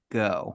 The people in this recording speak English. go